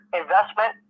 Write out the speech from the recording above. investment